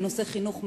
בנושא חינוך מיני?